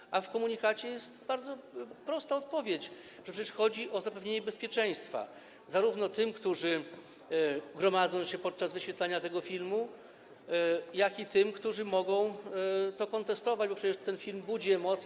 Natomiast w komunikacie jest bardzo prosta odpowiedź, że przecież chodzi o zapewnienie bezpieczeństwa, zarówno tym, którzy gromadzą się podczas wyświetlania tego filmu, jak i tym, którzy mogą go kontestować, gdyż ten film budzi emocje.